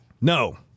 No